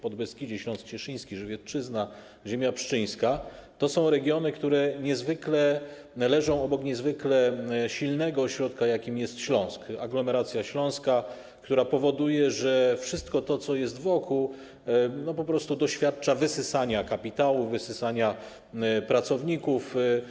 Podbeskidzie, Śląsk Cieszyński, Żywiecczyzna, ziemia pszczyńska - to są regiony, które leżą obok niezwykle silnego ośrodka, jakim jest Śląsk, aglomeracja śląska, która powoduje, że wszystko to, co jest wokół, po prostu doświadcza wysysania kapitału, wysysania pracowników.